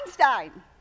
Einstein